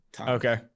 Okay